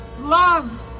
love